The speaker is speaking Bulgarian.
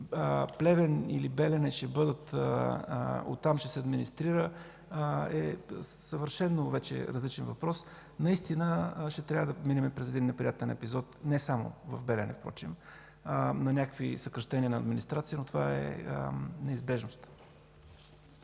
Плевен или от Белене е съвършено различен въпрос. Наистина ще трябва да минем през един неприятен епизод, не само в Белене впрочем, на някакви съкращения на администрация, но това е неизбежно.